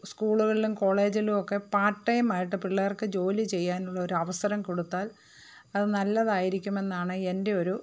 സ്കൂളുകളിലും കോളേജിലുമൊക്കെ പാർട്ട് ടൈമായിട്ട് പിള്ളേർക്ക് ജോലി ചെയ്യാനുള്ള ഒരു അവസരം കൊടുത്താൽ അത് നല്ലതായിരിക്കുമെന്നാണ് എൻ്റെ ഒരു